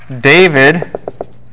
David